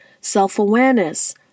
self-awareness